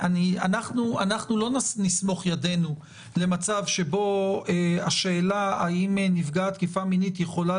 לא נסמוך ידינו למצב שבו השאלה האם נפגעת תקיפה מינית יכולה